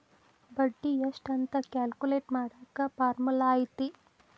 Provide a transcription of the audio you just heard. ಬಡ್ಡಿ ಎಷ್ಟ್ ಅಂತ ಕ್ಯಾಲ್ಕುಲೆಟ್ ಮಾಡಾಕ ಫಾರ್ಮುಲಾ ಐತಿ